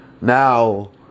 Now